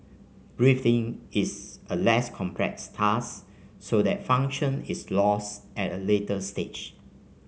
breathing is a less complex task so that function is lost at a later stage